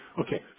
Okay